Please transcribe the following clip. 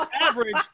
average